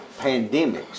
pandemics